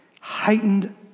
heightened